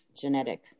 genetic